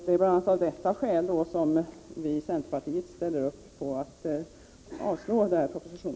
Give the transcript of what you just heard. Det är bl.a. av detta skäl som vi i centerpartiet ställer upp på att avslå denna proposition.